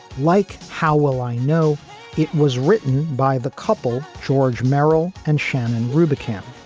like, how will i know it was written by the couple. george merrill and shannon rubicam.